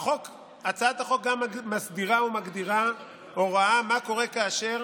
הצעת החוק גם מסדירה ומגדירה הוראה מה קורה כאשר